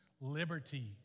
liberty